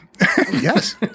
Yes